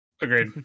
Agreed